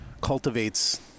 cultivates